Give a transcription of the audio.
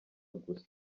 gusa